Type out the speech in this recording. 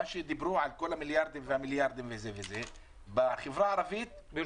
דיברו על כל המיליארדים אבל בחברה הערבית, לא.